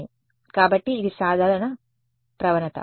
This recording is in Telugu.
కాబట్టి ఇది సాధారణ ప్రవణత